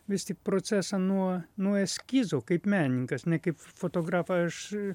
vis tik procesą nuo nuo eskizų kaip menininkas ne kaip fotografa aš